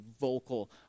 vocal